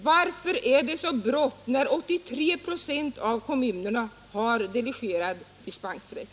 Varför är det så brått när 83 ?6 av kommunerna har delegerad dispensrätt?